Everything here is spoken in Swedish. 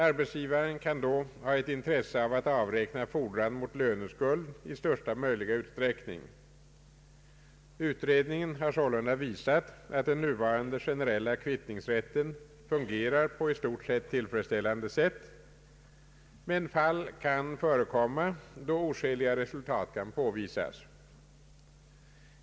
Arbetsgivaren kan då ha ett intresse av att avräkna fordran mot löneskuld i största möjliga utsträckning. Utredningen har sålunda visat att den nuvarande generella kvittningsrätten fungerar på i stort sett tillfredsställande sätt, men fall kan dock förekomma då oskäliga resultat kan påvisas.